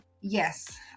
Yes